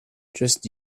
just